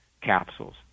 capsules